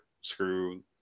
screw